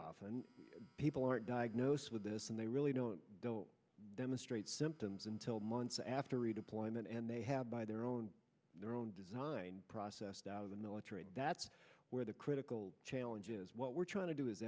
often people aren't diagnosed with this and they really don't demonstrate symptoms until months after redeployment and they have by their own their own design process out of the military that's where the critical challenge is what we're trying to do is